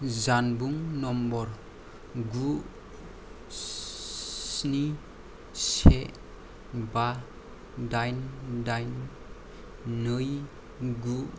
जानबुं नम्बर गु स्नि से बा दाइन दाइन नै गु